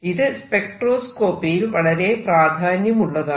ഇത് സ്പെക്ട്രോസ്കോപ്പി യിൽ വളരെ പ്രാധാന്യമുള്ളതാണ്